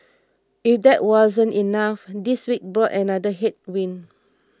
if that wasn't enough this week brought another headwind